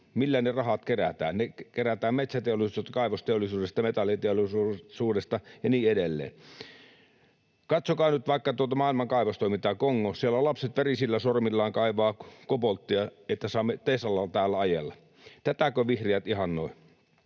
Millä ne rahat kerätään? Ne kerätään metsäteollisuudesta, kaivosteollisuudesta, metalliteollisuudesta ja niin edelleen. Katsokaa nyt vaikka tuota maailman kaivostoimintaa: Kongossa lapset verisillä sormillaan kaivavat kobolttia, että saamme Teslalla täällä ajella — tätäkö vihreät ihannoivat?